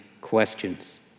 questions